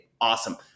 awesome